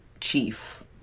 chief